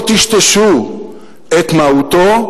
לא טשטשו את מהותו,